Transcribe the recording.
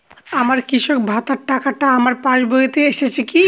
আমার কৃষক ভাতার টাকাটা আমার পাসবইতে এসেছে কি?